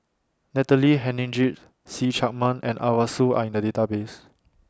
Natalie Hennedige See Chak Mun and Arasu Are in The Database